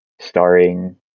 starring